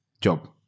job